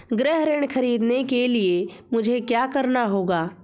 गृह ऋण ख़रीदने के लिए मुझे क्या करना होगा?